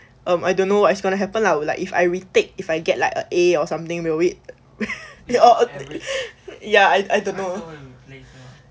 um I don't know what's going to happen lah like if I retake if I get like a A or something we'll wait ya ya I I dunno